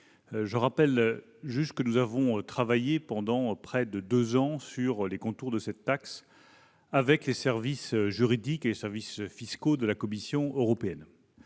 rappeler que nous avons travaillé pendant près de deux ans sur les contours de cette taxe avec les services juridiques et fiscaux de la Commission européenne.